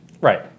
Right